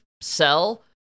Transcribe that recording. sell